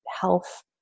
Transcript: health